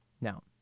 now